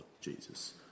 Jesus